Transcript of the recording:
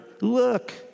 look